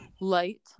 light